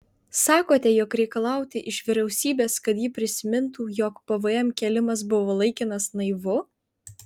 sakote jog reikalauti iš vyriausybės kad ji prisimintų jog pvm kėlimas buvo laikinas naivu